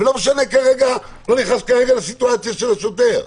אני לא נכנס כרגע לסיטואציה של השוטר.